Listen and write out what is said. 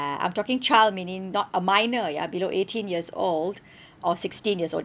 I'm talking child meaning not a minor ya below eighteen years old or sixteen years old